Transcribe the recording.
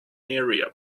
area